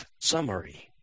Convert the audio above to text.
summary